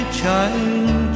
child